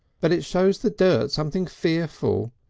but it shows the dirt something fearful.